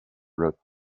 wrote